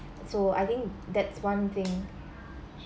so I think that's one thing